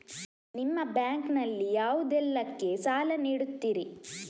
ನಿಮ್ಮ ಬ್ಯಾಂಕ್ ನಲ್ಲಿ ಯಾವುದೇಲ್ಲಕ್ಕೆ ಸಾಲ ನೀಡುತ್ತಿರಿ?